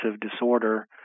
disorder